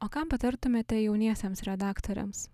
o ką patartumėte jauniesiems redaktoriams